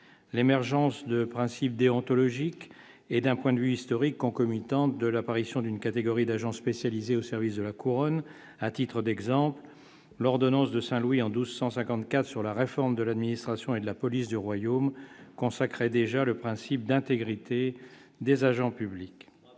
l'émergence de principes déontologiques et d'un point de vue historique concomitante de l'apparition d'une catégorie d'agents spécialisés au service de la couronne à titre d'exemple, l'ordonnance de Saint-Louis en 1254 sur la réforme de l'administration et de la police du royaume consacrait déjà le principe d'intégrité des agents publics